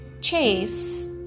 chase